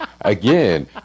again